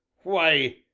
why,